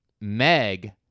Meg